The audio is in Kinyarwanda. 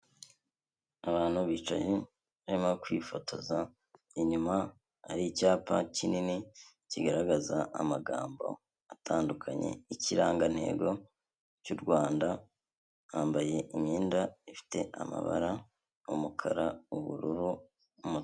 Abantu bicaye barimo kwifotoza inyuma hari icyapa kinini kigaragaza amagambo atandukanye, ikirangantego cy'u Rwanda, bambaye imyenda ifite amabara umukara, ubururu n'umutuku.